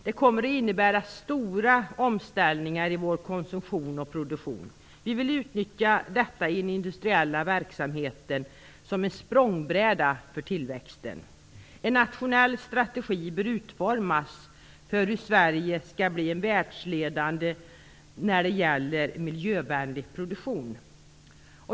Det kommer att innebära stora omställningar i vår konsumtion och produktion. Vi vill utnyttja detta i den industriella verksamheten som en språngbräda för tillväxten. En nationell strategi bör utformas för hur Sverige skall bli världsledande när det gäller miljövänlig produktion.